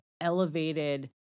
elevated